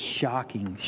shocking